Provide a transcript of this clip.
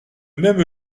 même